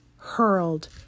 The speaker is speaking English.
hurled